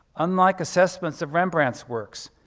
unlike assessments of rembrandt's works,